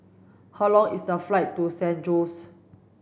how long is the flight to San Jose